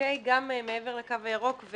גם מעבר לקו הירוק,